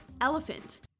Elephant